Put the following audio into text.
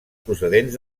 procedents